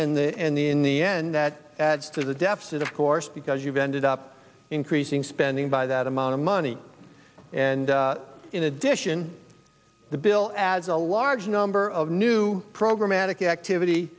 and in the end that adds to the deficit of course because you've ended up increasing spending by that amount of money and in addition the bill adds a large number of new program attic activity